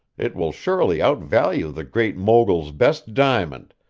it will surely outvalue the great mogul's best diamond,